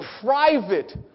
private